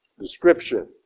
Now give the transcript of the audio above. description